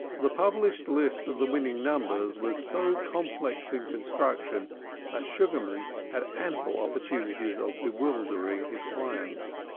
the published list of the winning numbers was so complex in construction that sugarman had ample opportunities of bewildering his clients.